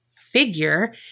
figure